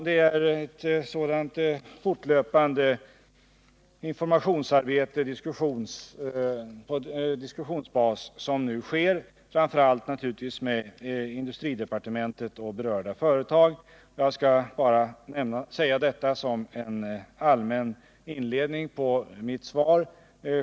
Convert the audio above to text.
Det är ett sådant fortlöpande informationsarbete på diskussionsbas med berörda företag som nu sker, framför allt naturligtvis inom industridepartementet. Jag skall bara säga detta som en allmän inledning.